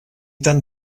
tan